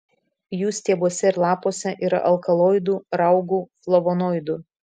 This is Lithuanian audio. jų stiebuose ir lapuose yra alkaloidų raugų flavonoidų